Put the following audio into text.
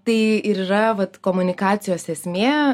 tai ir yra vat komunikacijos esmė